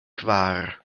kvar